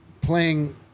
Playing